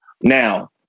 Now